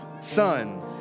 son